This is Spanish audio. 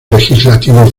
legislativos